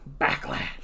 backlash